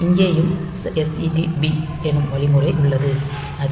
இங்கேயும் set b என்னும் வழிமுறை உள்ள்து